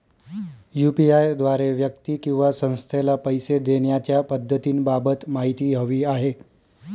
UPI द्वारे व्यक्ती किंवा संस्थेला पैसे देण्याच्या पद्धतींबाबत माहिती हवी आहे